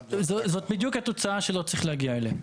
זו בדיוק התוצאה שלא צריך להגיע אליה.